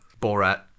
Borat